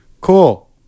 Cool